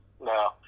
no